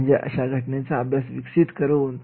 म्हणजे अशा घटनेचा अभ्यास विकसित करणे